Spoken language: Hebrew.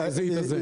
שזה יתאזן.